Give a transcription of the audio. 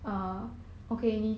!huh!